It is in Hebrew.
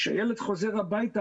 כשילד חוזר הביתה,